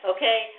Okay